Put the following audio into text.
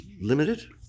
limited